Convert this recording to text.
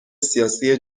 سیاسی